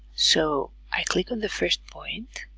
so, i click on the first point